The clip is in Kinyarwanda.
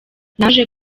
naje